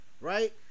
Right